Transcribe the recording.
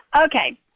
Okay